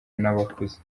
n’abakuze